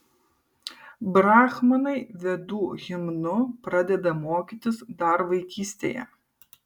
brahmanai vedų himnų pradeda mokytis dar vaikystėje